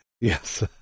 Yes